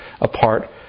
apart